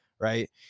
Right